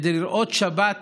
כדי לראות שבת